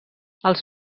els